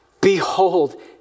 Behold